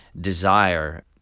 desire